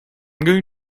going